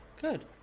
good